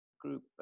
group